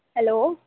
hello